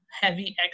heavy